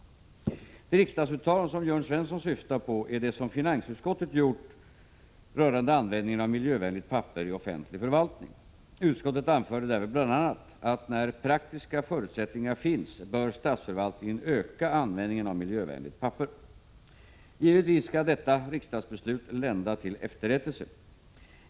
Det riksdagsuttalande som Jörn Svensson syftar på är det som finansutskottet gjort rörande användningen av miljövänligt papper i offentlig förvaltning. Utskottet anförde därvid bl.a. att när praktiska förutsättningar finns bör statsförvaltningen öka användningen av miljövänligt papper. Givetvis skall detta riksdagsbeslut lända till efterrättelse.